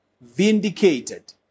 vindicated